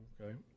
Okay